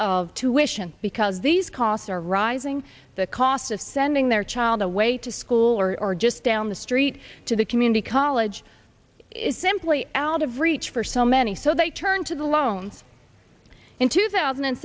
of tuition because these costs are rising the cost of sending their child away to school or or just down the street to the community college is simply out of reach for so many so they turned to the loans in two thousand and